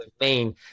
main